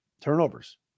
Turnovers